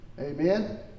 Amen